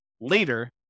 later